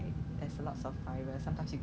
so I was thinking maybe I should sell it